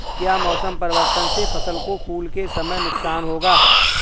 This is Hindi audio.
क्या मौसम परिवर्तन से फसल को फूल के समय नुकसान होगा?